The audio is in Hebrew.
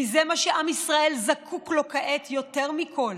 כי זה מה שעם ישראל זקוק לו כעת יותר מכול